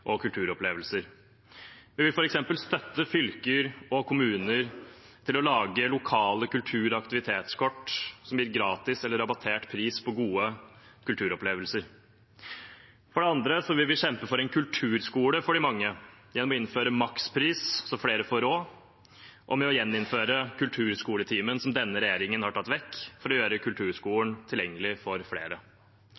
og kulturopplevelser. Vi vil f.eks. gi fylker og kommuner støtte til å lage lokale kultur- og aktivitetskort, som gir gode kulturopplevelser gratis eller til rabattert pris. For det andre vil vi kjempe for en kulturskole for de mange, gjennom å innføre en makspris så flere får råd, og gjennom å gjeninnføre kulturskoletimen – som denne regjeringen har tatt vekk – for å gjøre